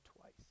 twice